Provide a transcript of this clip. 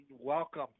welcome